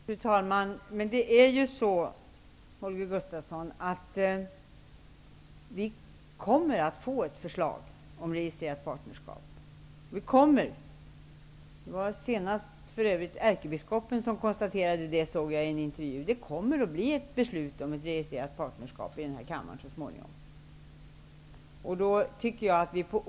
Fru talman! Det är ju så, Holger Gustafsson, att vi kommer att få ett förslag om registrerat partnerskap. Det var senast ärkebiskopen som konstaterade det i en intervju. Det kommer att bli ett beslut om ett registrerat partnerskap i denna kammare så småningom.